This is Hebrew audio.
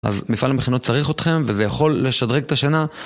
אז מפעל המכינות צריך אתכם, וזה יכול לשדרג את השנה.